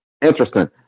interesting